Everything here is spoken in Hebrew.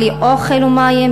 בלי אוכל ומים,